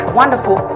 wonderful